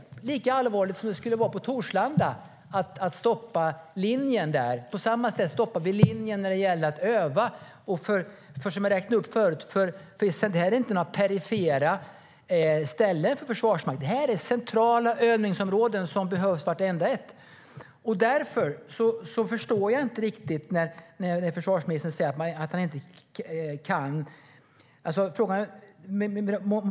Det är lika allvarligt som det skulle vara att stoppa linjen på Torslanda. På så sätt stoppar vi linjen när det gäller att öva. Det var inga perifera ställen för Försvarsmakten som jag räknade upp förut utan centrala övningsområden som behövs, vartenda ett. Därför förstår jag inte riktigt när försvarsministern säger att han inte kan kommentera.